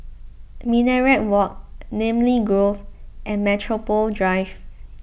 Minaret Walk Namly Grove and Metropole Drive